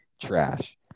trash